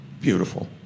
beautiful